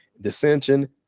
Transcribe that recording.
dissension